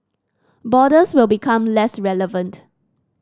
borders will become less relevant